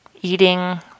Eating